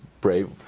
brave